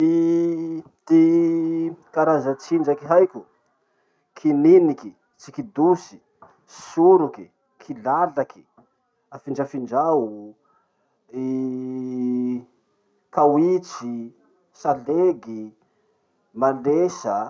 Gny ty karaza tsinjaky haiko: kininiky, tsikidosy, soroky, kilalaky, afindrafindrao, kaoitry, salegy, malesa.